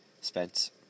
spent